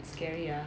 scary ah